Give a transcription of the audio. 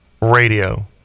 Radio